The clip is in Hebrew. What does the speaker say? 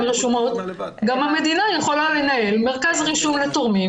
רשומות גם המדינה יכולה לנהל מרכז רישום לתורמים.